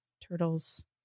turtles